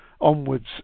onwards